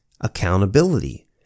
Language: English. accountability